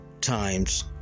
times